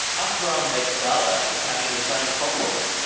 akram bekzada was having the same problem.